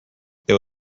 there